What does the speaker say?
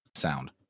sound